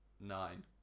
nine